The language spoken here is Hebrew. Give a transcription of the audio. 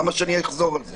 למה שאני אחזור על זה?